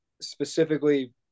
specifically